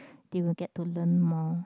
they will get to learn more